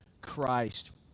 Christ